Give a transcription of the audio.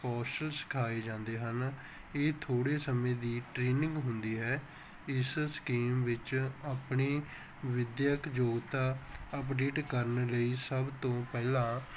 ਕੌਸ਼ਲ ਸਿਖਾਏ ਜਾਂਦੇ ਹਨ ਇਹ ਥੋੜ੍ਹੇ ਸਮੇਂ ਦੀ ਟ੍ਰੇਨਿੰਗ ਹੁੰਦੀ ਹੈ ਇਸ ਸਕੀਮ ਵਿੱਚ ਆਪਣੀ ਵਿਦਿਅਕ ਯੋਗਤਾ ਅਪਡੇਟ ਕਰਨ ਲਈ ਸਭ ਤੋਂ ਪਹਿਲਾਂ